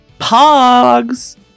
pogs